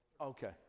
okay